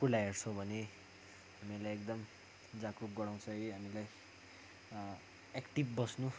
कुकुरलाई हेर्छौँ भने हामीलाई एकदम जागरुक गराउँछ है हामीलाई एक्टिभ बस्नु